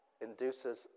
induces